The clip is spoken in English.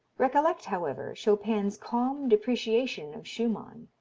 recollect, however, chopin's calm depreciation of schumann.